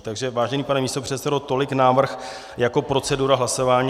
Takže vážený pane místopředsedo, tolik návrh jako procedura hlasování.